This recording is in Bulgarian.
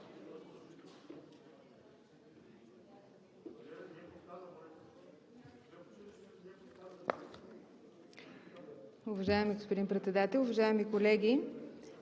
Уважаеми господин Председател, уважаеми колеги!